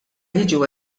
jiġu